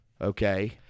Okay